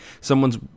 someone's